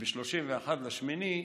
שמ-31 באוגוסט,